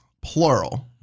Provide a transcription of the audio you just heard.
plural